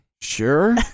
sure